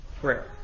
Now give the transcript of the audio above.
prayer